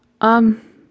Um